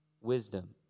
wisdom